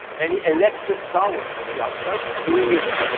any elected power. we are just doing it,